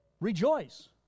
Rejoice